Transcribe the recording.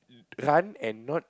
run and not